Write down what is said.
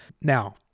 Now